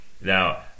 Now